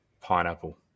Pineapple